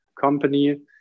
company